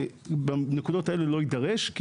אז הדברים האלה לא נדרשים.